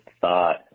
thought